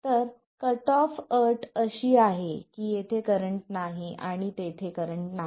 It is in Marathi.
तर कट ऑफ अट अशी आहे की येथे करंट नाही आणि तेथे करंट नाही